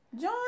John